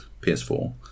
PS4